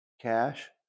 Cash